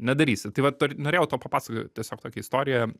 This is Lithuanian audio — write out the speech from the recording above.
nedarysit tai vat norėjau tau papasakoti tiesiog tokią istoriją